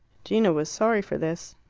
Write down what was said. gino was sorry for this.